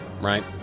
right